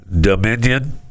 Dominion